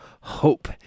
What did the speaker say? hope